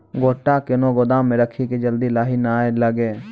गोटा कैनो गोदाम मे रखी की जल्दी लाही नए लगा?